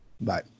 Bye